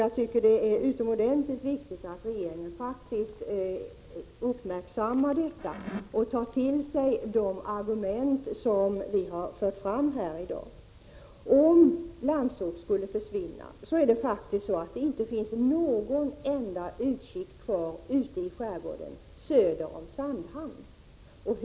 Jag tycker att det är utomordentligt viktigt att regeringen uppmärksammar utvecklingen och tar till sig de argument som vi har fört fram här i dag. Om lotsstationen på Landsort skulle försvinna kommer det faktiskt inte att finnas en enda utkik kvar ute i skärgården söder om Sandhamn.